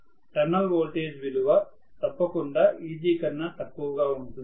terminal voltage విలువ తప్పకుండ Eg కన్నా తక్కువగా ఉంటుంది